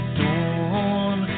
dawn